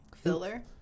Filler